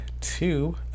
two